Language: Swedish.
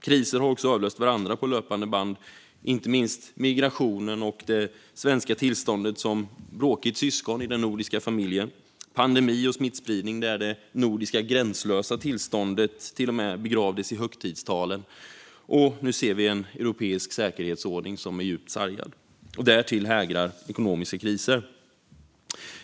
Kriser har också avlöst varandra på löpande band, inte minst migrationen och det svenska tillståndet som bråkigt syskon i den nordiska familjen. Vi har sett pandemi och smittspridning, där det nordiska gränslösa tillståndet till och med begravdes i högtidstalen, och nu ser vi en europeisk säkerhetsordning som är djupt sargad. Därtill hotar ekonomiska kriser.